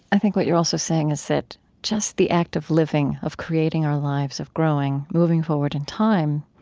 i think what you are also saying is that just the act of living of creating our lives, of growing, moving forward and time